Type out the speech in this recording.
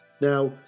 Now